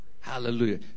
Hallelujah